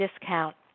discount